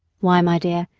why, my dear,